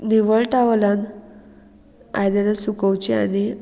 निवळ टावलान आयदनां सुकोवचें आनी